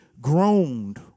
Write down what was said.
groaned